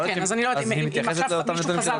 אז היא מתייחסת לאותם נתונים --- כן,